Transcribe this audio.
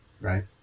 right